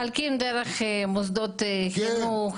מחלקים דרך מוסדות חינוך.